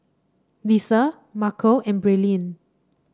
Lissa Marco and Braelyn